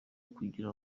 kugira